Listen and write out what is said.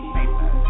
Paper